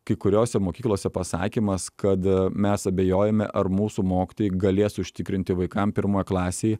kai kuriose mokyklose pasakymas kad mes abejojame ar mūsų mokytojai galės užtikrinti vaikam pirmoj klasėj